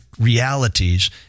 realities